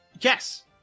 Yes